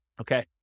Okay